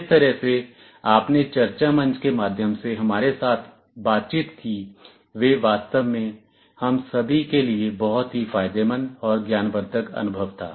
जिस तरह से आपने चर्चा मंच के माध्यम से हमारे साथ बातचीत की वह वास्तव में हम सभी के लिए बहुत ही फायदेमंद और ज्ञानवर्धक अनुभव था